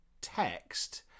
text